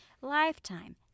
lifetime